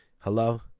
hello